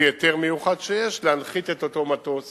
לפי היתר מיוחד שיש, להנחית את אותו מטוס